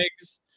eggs